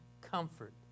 comfort